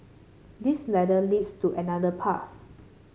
this ladder leads to another path